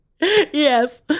Yes